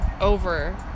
over